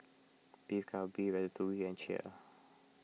Beef Galbi Ratatouille and Kheer